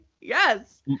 Yes